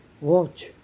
Watch